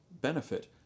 benefit